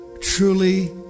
truly